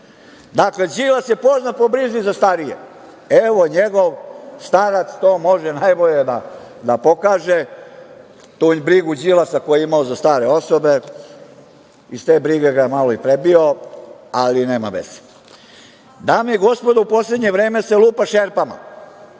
korona".Đilas je poznat po brizi za starije. Evo, njegov starac to može najbolje da pokaže, tu brigu Đilasa koju je imao za stare osobe. Iz te brige ga je malo prebio, ali nema veze. Dame i gospodo, u poslednje vreme se lupa šerpama.